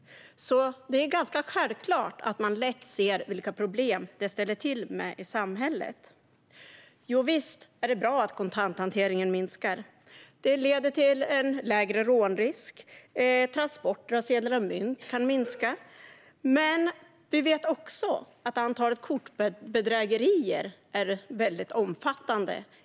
Det är ganska självklart att man lätt ser vilka problem det ställer till med i samhället. Visst är det bra att kontanthanteringen minskar. Det leder till en lägre rånrisk och till att transporterna av sedlar och mynt kan minska. Men det är också så att antalet kortbedrägerier är väldigt stort.